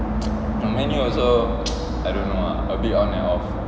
but man U also I don't know ah a bit on and off